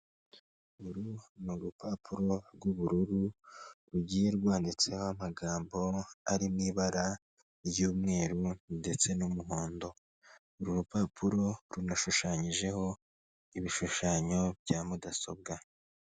Uru ni urupapuro rw'ubururu rugiye rwanditseho amagambo ari mu ibara ry'umweru ndetse n'umuhondo, uru rupapuro runashushanyijeho ibishushanyo bya mudasobwa.